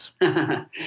Yes